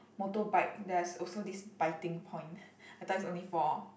motorbike there's also this biting point I thought it's only for